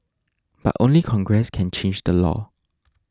but only Congress can change the law